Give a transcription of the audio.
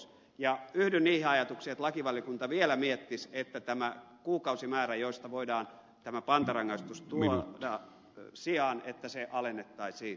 yhdyn niihin ajatuksiin että lakivaliokunta vielä miettisi että tätä kuukausimäärää josta voidaan tämä pantarangaistus tuomita muun rangaistuksen sijaan alennettaisiin